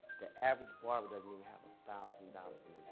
the average barber doesn't even have a thousand dollars in